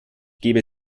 gebe